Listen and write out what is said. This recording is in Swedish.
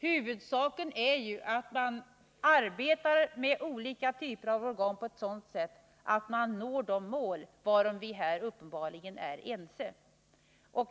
Huvudsaken är ju att vi arbetar med alla typer av organ på ett sådant sätt att vi når de mål varom vi här uppenbarligen är ense.